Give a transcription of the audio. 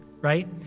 Right